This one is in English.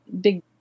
big